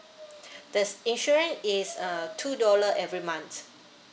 the s~ insurance is uh two dollar every month